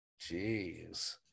Jeez